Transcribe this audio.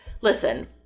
listen